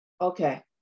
okay